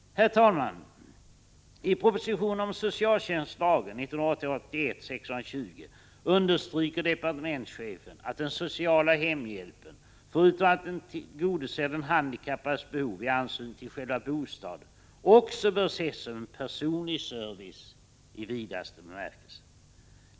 Herr talman! I propositionen om socialtjänstlagen understryker departementschefen att den sociala hemhjälpen — förutom att tillgodose den handikappades behov i anslutning till själva bostaden — också bör ses som en personlig service i vidare bemärkelse.